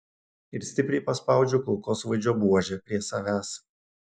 ir stipriai paspaudžiu kulkosvaidžio buožę prie savęs